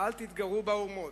"אל תתגרו באומות",